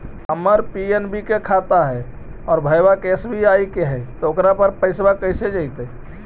हमर पी.एन.बी के खाता है और भईवा के एस.बी.आई के है त ओकर पर पैसबा कैसे जइतै?